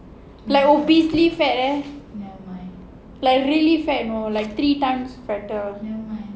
like obesely fat leh like really fat know like three times fatter